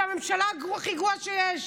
זאת הממשלה הכי גרועה שיש.